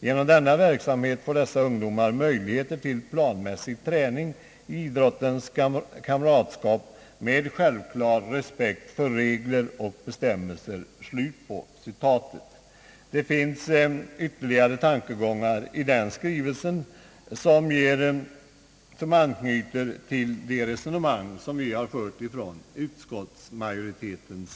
Genom denna verksamhet får dessa ungdomar möjlighet till planmässig träning i ett idrottens kamratskap med självklar respekt för regler och bestämmelser.» Det finns ytterligare tankegångar i den skrivelsen som anknyter till det resonemang vi har fört inom utskottsmajoriteten.